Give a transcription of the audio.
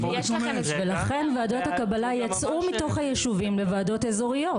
ולכן ועדות הקבלה יצאו מתוך הישובים לוועדות אזוריות.